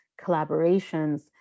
collaborations